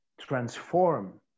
transform